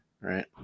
right